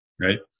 right